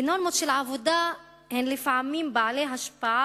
ונורמות של עבודה הן לפעמים בעלות השפעה